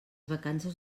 vacances